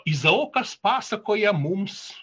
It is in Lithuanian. izaokas pasakoja mums